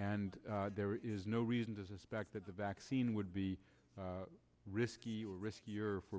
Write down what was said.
and there is no reason to suspect that the vaccine would be risky or riskier for